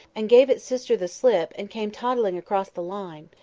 and gave its sister the slip, and came toddling across the line.